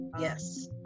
yes